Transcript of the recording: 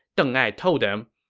deng ai told them,